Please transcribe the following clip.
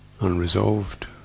unresolved